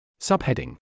Subheading